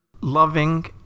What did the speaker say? loving